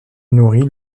nourrit